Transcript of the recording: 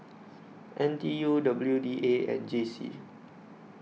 N T U W D A and J C